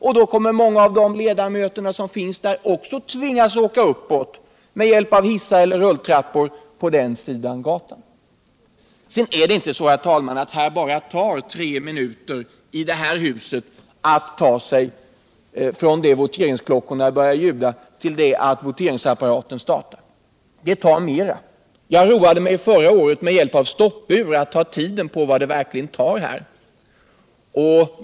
Också då kommer många av de ledamöter som finns i det huset att tvingas åka uppåt med hjälp av hissar eller rulltrappor på andra sidan gatan. Sedan är det inte så, herr talman, att det bara tar tre minuter från det voteringsklockorna börjar ljuda till dess voteringsapparaten kan starta. Det tar mer. Jag roade mig förra året med att med hjälp av stoppur undersöka hur lång tid det verkligen tar.